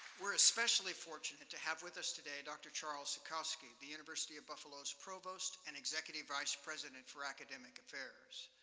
we're especially fortunate to have with us today dr. charles zukoski, the university at buffalo's provost and executive vice president for academic affairs.